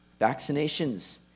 vaccinations